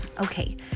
Okay